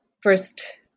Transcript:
first